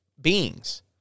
beings